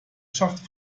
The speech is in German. schacht